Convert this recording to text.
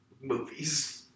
movies